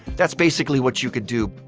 that's basically what you could do.